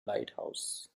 lighthouse